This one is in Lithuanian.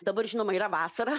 dabar žinoma yra vasara